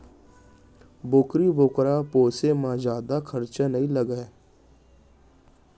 बोकरी बोकरा पोसे म जादा खरचा नइ लागय